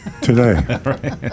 Today